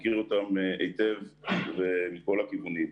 היטב ומכול הכיוונים.